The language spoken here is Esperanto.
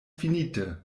finite